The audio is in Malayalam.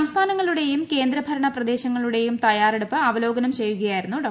സംസ്ഥാനൂങ്ങളുടെയും കേന്ദ്രഭരണ പ്രദേശങ്ങളുടെയും തയ്യാറെടുപ്പ് അവ്വലോക്നം ചെയ്യുകയായിരുന്നു ഡോ